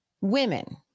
Women